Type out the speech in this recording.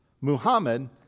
Muhammad